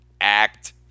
act